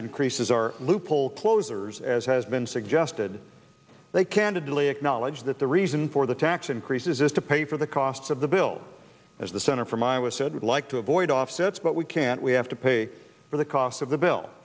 increases are loophole closers as has been suggested they candidly acknowledged that the reason for the tax increases is to pay for the costs of the bill as the center for my was said would like to avoid offsets but we can't we have to pay for the cost of the bill